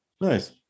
Nice